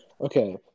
Okay